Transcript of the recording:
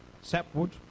sapwood